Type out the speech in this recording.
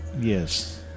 Yes